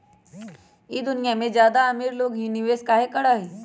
ई दुनिया में ज्यादा अमीर लोग ही निवेस काहे करई?